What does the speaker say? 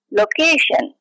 location